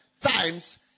times